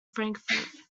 frankfurt